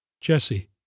Jesse